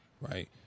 right